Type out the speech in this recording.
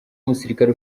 umusirikare